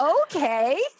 Okay